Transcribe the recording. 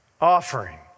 offering